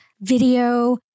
video